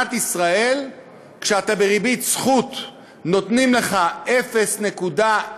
במדינת ישראל כשאתה בריבית זכות נותנים לך 0.01%,